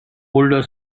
older